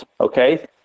okay